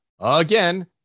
again